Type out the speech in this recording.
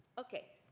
okay.